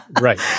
right